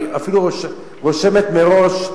היא אפילו רושמת מראש,